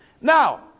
Now